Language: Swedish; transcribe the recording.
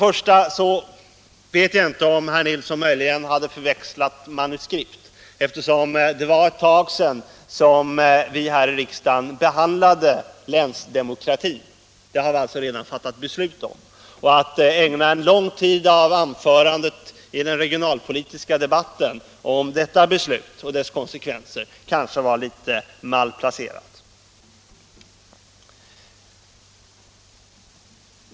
Jag vet inte om herr Nilsson möjligen hade förväxlat manuskript, eftersom det var ett tag sedan vi här i riksdagen behandlade länsdemokrati. I den frågan har vi redan fattat beslut. Att ägna en lång tid av anförandet i den regionalpolitiska debatten åt detta beslut och dess konsekvenser kanske var litet malplacerat.